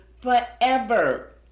forever